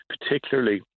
particularly